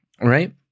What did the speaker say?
Right